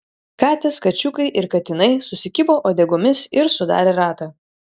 katės kačiukai ir katinai susikibo uodegomis ir sudarė ratą